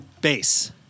Bass